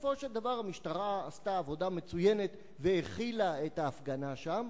ובסופו של דבר המשטרה עשתה עבודה מצוינת והכילה את ההפגנה שם,